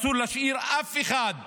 אסור להשאיר אף אחד בעזה.